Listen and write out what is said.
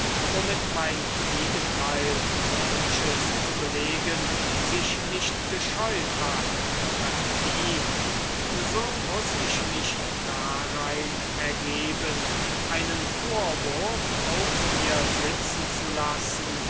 womit mein gegenteil solches zu belegen sich nicht gescheut hat verdient so muß ich mich darein ergeben einen vorwurf auf mir sitzen zu lassen